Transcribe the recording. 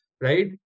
right